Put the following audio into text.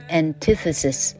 antithesis